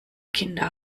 kinder